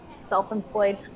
self-employed